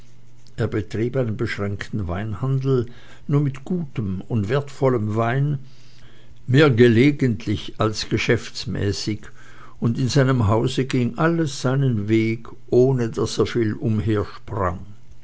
er betrieb einen beschränkten weinhandel nur mit gutem und wertvollem wein mehr gelegentlich als geschäftsmäßig und in seinem hause ging alles seinen weg ohne daß er viel